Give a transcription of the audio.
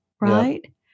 right